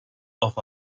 off